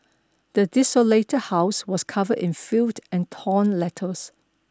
the desolated house was covered in filth and torn letters